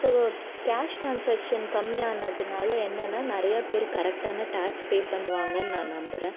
so cash transaction கம்மியானதனால என்னன்னா நிறையா பேர் கரெக்டான டாக்ஸ் பே பண்ணுவாங்கன்னு நான் நம்புகிறேன்